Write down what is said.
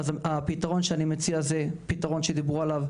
אז הפתרון שאני מציע זה פתרון שדיברו עליו,